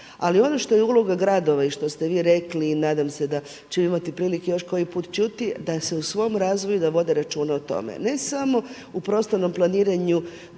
Ali ono što je uloga gradova i što ste vi rekli i nadam se da ćemo imati prilike još koji put čuti da se u svom razvoju, da vode računa o tome ne samo u prostornom planiranju